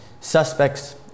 suspect's